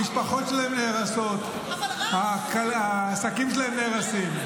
המשפחות שלהם נהרסות -- אבל רם ---- העסקים שלהם נהרסים,